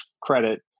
credit